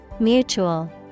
Mutual